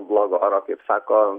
blogo oro kaip sako